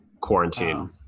quarantine